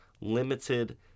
limited